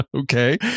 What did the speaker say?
Okay